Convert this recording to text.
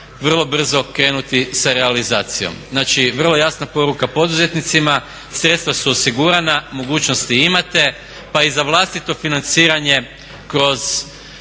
vrlo brzo krenuti sa realizacijom. Znači vrlo jasna poruka poduzetnicima, sredstva su osigurana, mogućnosti imate pa i za vlastito financiranje kroz